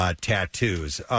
tattoos